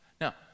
Now